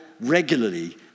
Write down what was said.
regularly